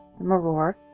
maror